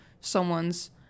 someone's